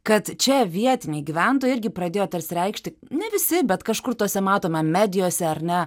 kad čia vietiniai gyventojai irgi pradėjo tarsi reikšti ne visi bet kažkur tuose matome medijose ar ne